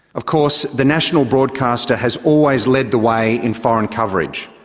of course, the national broadcaster has always led the way in foreign coverage.